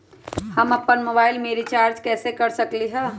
हम अपन मोबाइल में रिचार्ज कैसे कर सकली ह?